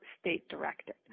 state-directed